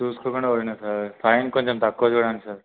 చూసుకోకుండా పోయాను sir fine కొంచెం తక్కువ చూడండి సార్